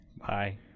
Bye